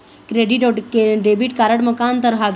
Credit अऊ debit card म का अंतर हावे?